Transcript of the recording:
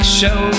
show